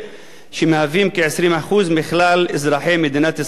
שהם כ-20% מכלל אזרחי מדינת ישראל כיום.